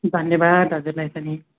धन्यवाद हजुरलाई पनि